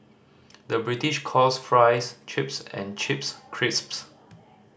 the British calls fries chips and chips crisps